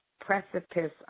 precipice